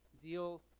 Zeal